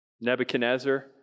Nebuchadnezzar